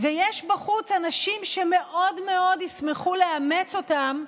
ויש בחוץ אנשים שמאוד מאוד ישמחו לאמץ אותם,